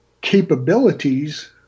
capabilities